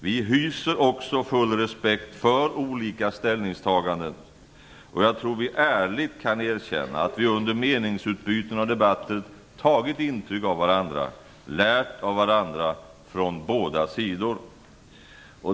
Vi hyser också full respekt för olika ställningstaganden, och jag tror att vi ärligt kan erkänna att vi under meningsutbyten och debatter har tagit intryck av varandra, lärt av varandra, från båda sidor.